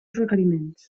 requeriments